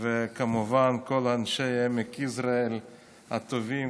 וכמובן כמו כל אנשי עמק יזרעאל הטובים,